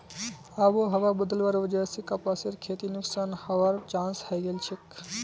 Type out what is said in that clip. आबोहवा बदलवार वजह स कपासेर खेती नुकसान हबार चांस हैं गेलछेक